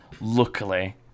luckily